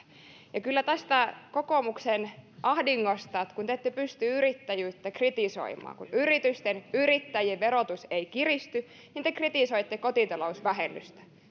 ja kyllä tästä kokoomuksen ahdingosta kun te ette pysty yrittäjyyttä kritisoimaan kun yritysten yrittäjien verotus ei kiristy niin te kritisoitte kotitalousvähennystä